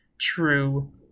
true